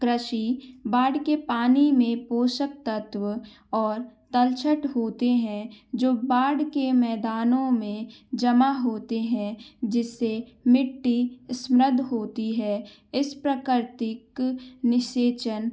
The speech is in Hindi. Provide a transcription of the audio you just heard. कृषि बाढ़ के पानी में पोषक तत्व और तलछट होते हैं जो बाढ़ के मैदानों में जमा होते हैं जिससे मिट्टी स्म्रद होती है इस प्राकृतिक निषेचन